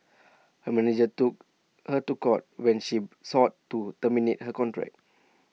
her manager took her to court when she sought to terminate her contract